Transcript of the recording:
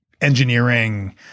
engineering